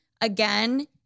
Again